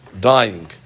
dying